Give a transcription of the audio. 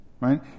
Right